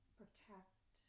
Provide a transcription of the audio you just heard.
protect